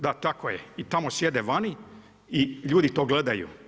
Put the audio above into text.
Da tako je i tamo sjede vani i ljudi to gledaju.